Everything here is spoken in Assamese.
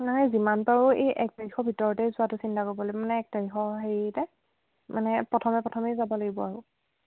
নহয় যিমান পাৰোঁ এই এক তাৰিখৰ ভিতৰতে যোৱাটো চিন্তা কৰিব লাগে মানে এক তাৰিখৰ হেৰিতে মানে প্ৰথমে প্ৰথমেই যাব লাগিব আৰু